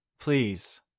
Please